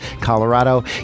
Colorado